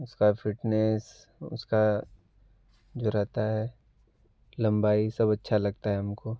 उसका फ़िटनेस उसका जो रहता है लंबाई सब अच्छा लगता है हमको